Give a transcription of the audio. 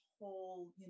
whole